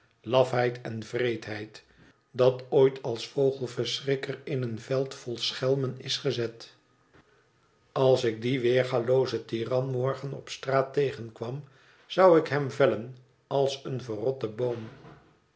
lafheid en wreedheid dat ooit als vogelverschrikker in een veld vol schelmen is gezet als ik dien weergaloozen tiran morgen op straat tegenkwam zou ik hem vellen als een verrotte boom